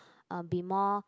uh be more